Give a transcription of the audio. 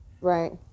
right